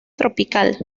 tropical